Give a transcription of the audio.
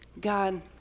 God